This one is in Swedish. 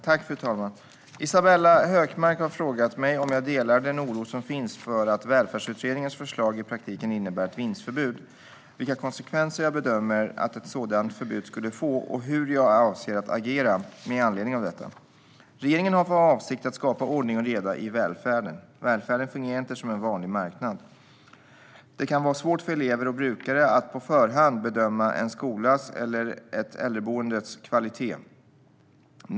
Fru ålderspresident! Isabella Hökmark har frågat mig om jag delar den oro som finns för att Välfärdsutredningens förslag i praktiken innebär ett vinstförbud, vilka konsekvenser jag bedömer att ett sådant förbud skulle få och hur jag avser att agera med anledning av detta. Regeringen har för avsikt att skapa ordning och reda i välfärden. Välfärden fungerar inte som en vanlig marknad. Det kan vara svårt för elever och brukare att på förhand bedöma en skolas eller ett äldreboendes kvalitet.